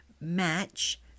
match